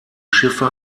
schiffe